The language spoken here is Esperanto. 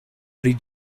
pri